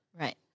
Right